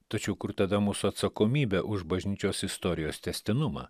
tačiau kur tada mūsų atsakomybė už bažnyčios istorijos tęstinumą